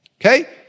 Okay